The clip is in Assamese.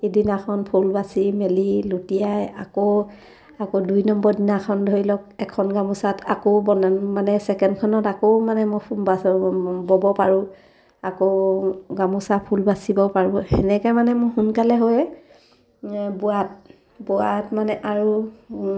সিদিনাখন ফুল বাচি মেলি লুটিয়াই আকৌ আকৌ দুই নম্বৰ দিনাখন ধৰি লওক এখন গামোচাত আকৌ বন মানে ছেকেণ্ডখনত আকৌ মানে মই ফুল বাচ ব'ব পাৰোঁ আকৌ গামোচা ফুল বাচিব পাৰোঁ সেনেকৈ মানে মোৰ সোনকালে হয় বোৱাত বোৱাত মানে আৰু